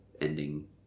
ending